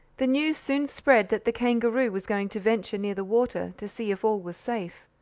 the news soon spread that the kangaroo was going to venture near the water, to see if all was safe.